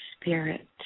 spirit